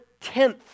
Tenth